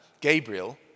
Gabriel